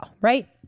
right